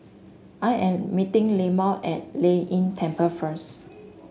I am meeting Leamon at Lei Yin Temple first